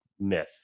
myth